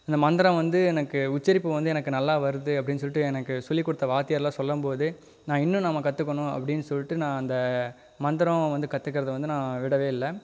அந்த மந்திரம் வந்து எனக்கு உச்சரிப்பு வந்து எனக்கு நல்லா வருது அப்படீன்னு சொல்லிட்டு எனக்கு சொல்லிக்கொடுத்த வாத்தியார்லாம் சொல்லும்போது நான் இன்னும் நம்ம கற்றுக்கணும் அப்படீன்னு சொல்லிட்டு நான் அந்த மந்தரம் வந்து கற்றுக்கறத வந்து நான் விடவேயில்லை